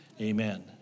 amen